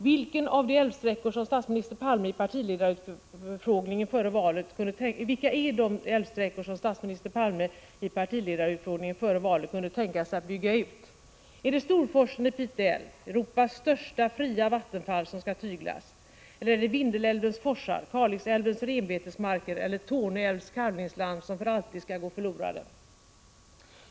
Vilka är de älvsträckor som statsminister Palme enligt vad han sade i partiledarutfrågningen före valet kunde tänka sig att bygga ut? Är det Storforsen i Piteälven, Europas största fria vattenfall, som skall tyglas? Eller är det Vindelälvens forsar, Kalixälvens renbetesmarker eller Torne älvs kalvningsland som för alltid skall gå förlorade?